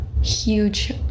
huge